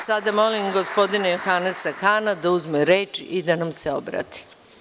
Sada molim gospodina Johanesa Hana da uzme reč i da nam se obrati.